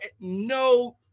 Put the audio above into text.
no